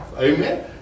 amen